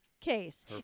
case